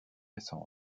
récent